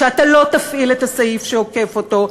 שאתה לא תפעיל את הסעיף שעוקף אותו.